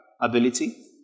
ability